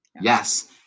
Yes